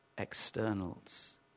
externals